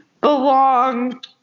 belong